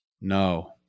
No